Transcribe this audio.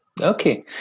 Okay